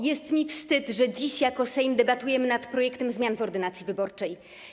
Jest mi wstyd, że dziś jako Sejm debatujemy nad projektem zmian w ordynacji wyborczej.